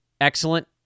excellent